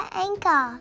anchor